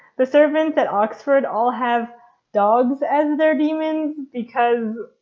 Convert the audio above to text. the servants at oxford all have dogs as their demons because.